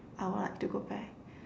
I would like to go back